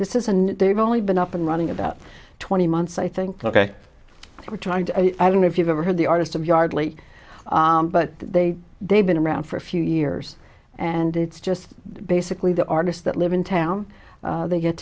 this is and they've only been up and running about twenty months i think ok we're trying to i don't know if you've ever had the artist of yardley but they they've been around for a few years and it's just basically the artists that live in town they get